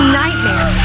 nightmare